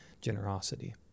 generosity